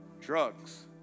drugs